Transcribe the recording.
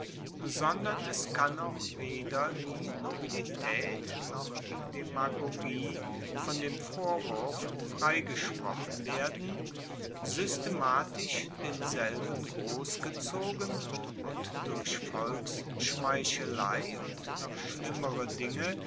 sondern es kann auch weder die nobilitaet noch die demagogie von dem vorwurf freigesprochen werden systematisch denselben grossgezogen und durch volksschmeichelei und noch schlimmere dinge